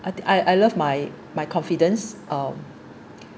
I I I love my my confidence uh